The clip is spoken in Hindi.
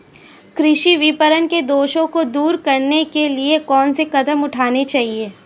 कृषि विपणन के दोषों को दूर करने के लिए क्या कदम उठाने चाहिए?